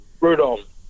Rudolph